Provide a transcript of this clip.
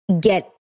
get